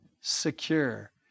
secure